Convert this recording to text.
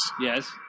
Yes